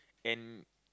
and